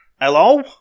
Hello